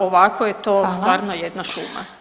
Ovako je to [[Upadica: Hvala.]] stvarno jedna šuma.